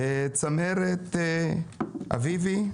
צמרת אביב,